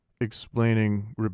Explaining